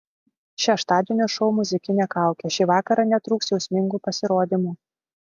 šeštadienio šou muzikinė kaukė šį vakarą netrūks jausmingų pasirodymų